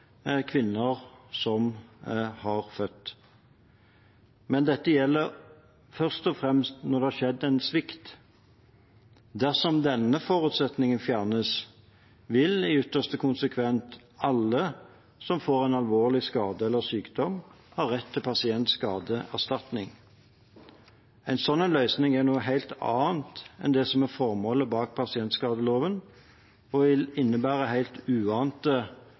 fremst når det har skjedd en svikt. Dersom denne forutsetningen fjernes, vil i ytterste konsekvens alle som får en alvorlig skade eller sykdom, ha rett til pasientskadeerstatning. En sånn løsning er noe helt annet enn det som er formålet bak pasientskadeloven, og vil innebære